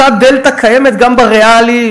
אותה דלתא קיימת גם ב"ריאלי",